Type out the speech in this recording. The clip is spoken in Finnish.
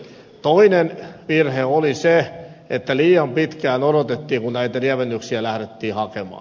toinen virhe oli se että liian pitkään odotettiin kun näitä lievennyksiä lähdettiin hakemaan